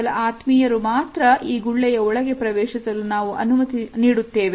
ಕೇವಲ ಆತ್ಮೀಯರು ಮಾತ್ರ ಈ ಗುಳ್ಳೆಯ ಒಳಗೆ ಪ್ರವೇಶಿಸಲು ನಾವು ಅನುಮತಿ ಸುತ್ತೇವೆ